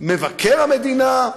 מבקר המדינה.